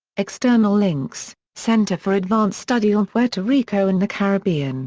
external links center for advanced study on puerto rico and the caribbean